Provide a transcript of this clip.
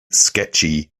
sketchy